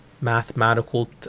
mathematical